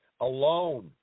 alone